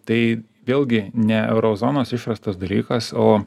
tai vėlgi ne euro zonos išrastas dalykas o